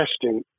testing